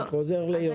אני חוזר לערעור.